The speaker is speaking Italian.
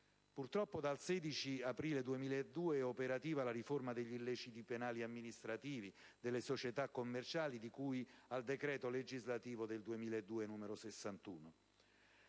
Purtroppo dal 16 aprile 2002 è operativa la riforma degli illeciti penali amministrativi delle società commerciali, di cui al decreto legislativo n. 61